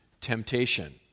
temptation